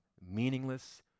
meaningless